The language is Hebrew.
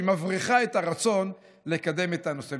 שהיא מבריחה את הרצון לקדם את הנושא.